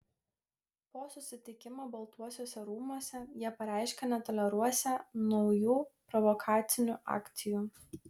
po susitikimo baltuosiuose rūmuose jie pareiškė netoleruosią naujų provokacinių akcijų